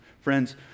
friends